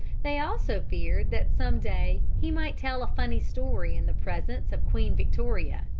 they also feared that some day he might tell a funny story in the presence of queen victoria.